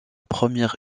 première